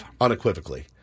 Unequivocally